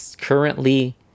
currently